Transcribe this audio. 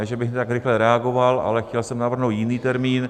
Ne že bych tak rychle reagoval, ale chtěl jsem navrhnout jiný termín.